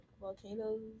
volcanoes